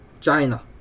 China